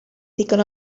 ddigon